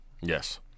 Yes